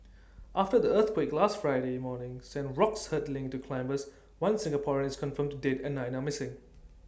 after the earthquake last Friday morning sent rocks hurtling into climbers one Singaporean is confirmed dead and nine are missing